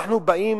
כשאנחנו באים